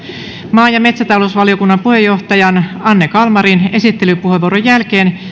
maa ja metsätalousvaliokunnan puheenjohtajan anne kalmarin esittelypuheenvuoron jälkeen